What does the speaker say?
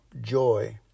joy